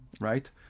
right